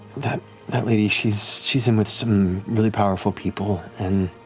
that that lady, she's she's in with some really powerful people and